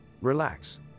relax